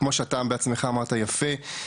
כמו שאתה בעצמך אמרת יפה,